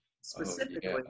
specifically